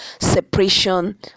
separation